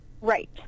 right